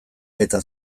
eta